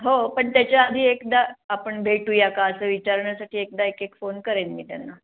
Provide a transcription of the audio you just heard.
हो पण त्याच्याआधी एकदा आपण भेटूया का असं विचारण्यासाठी एकदा एक एक फोन करेन मी त्यांना